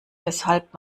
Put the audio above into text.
weshalb